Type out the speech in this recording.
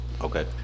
Okay